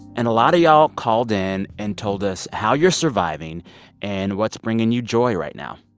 and a lot of y'all called in and told us how you're surviving and what's bringing you joy right now